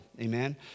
amen